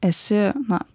esi na